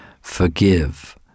forgive